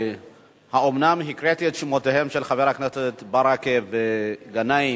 אומנם הקראתי את שמותיהם של חברי הכנסת ברכה וגנאים